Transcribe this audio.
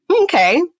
okay